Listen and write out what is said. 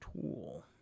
tool